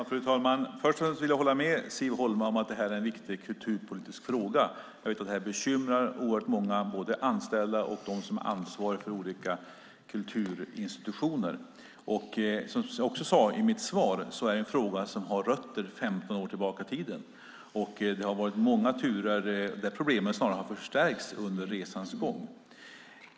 Fru talman! Jag håller med Siv Holma om att det är en viktig kulturpolitisk fråga. Det här bekymrar många, både anställda och dem som har ansvar för olika kulturinstitutioner. Som jag sade i mitt svar är det en fråga som har rötter 15 år tillbaka i tiden. Det har varit många turer, och problemen har snarast förstärkts under resans gång.